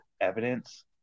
evidence